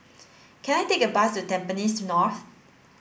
can I take a bus to Tampines North